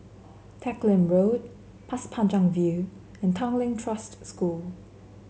Teck Lim Road Pasir Panjang View and Tanglin Trust School